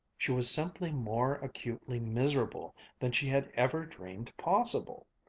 she was simply more acutely miserable than she had ever dreamed possible.